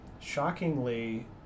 Shockingly